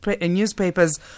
Newspapers